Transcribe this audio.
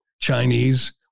Chinese